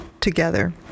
together